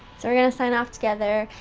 so we're gonna sign off together,